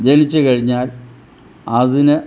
ജനിച്ചു കഴിഞ്ഞാൽ അതിന്